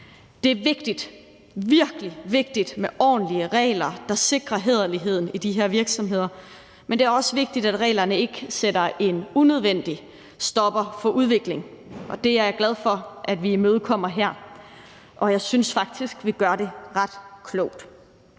Det er vigtigt – virkelig vigtigt! – med ordentlige regler, der sikrer hæderligheden i de her virksomheder, men det er også vigtigt, at reglerne ikke sætter en unødvendig stopper for udvikling, og det er jeg glad for at vi imødekommer her. Jeg synes faktisk, at vi gør det ret klogt.